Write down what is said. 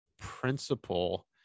principle